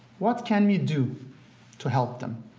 what can we do to help them?